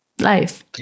life